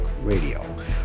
Radio